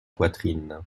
poitrine